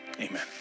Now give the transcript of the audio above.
Amen